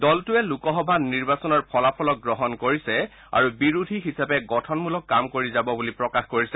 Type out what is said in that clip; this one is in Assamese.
দলটোৱে লোকসভা নিৰ্বাচনৰ ফলাফলক গ্ৰহণ কৰিছে আৰু বিৰোধী হিচাপে গঠনমূলক কাম কৰি যাব বুলি প্ৰকাশ কৰিছে